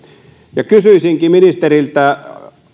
kysyisinkin ministeriltä